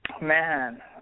Man